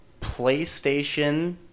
PlayStation